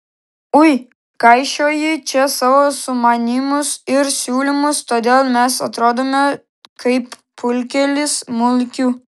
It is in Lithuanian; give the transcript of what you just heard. ui kaišioji čia savo sumanymus ir siūlymus todėl mes atrodome kaip pulkelis mulkių